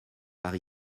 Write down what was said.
par